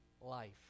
life